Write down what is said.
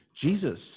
Jesus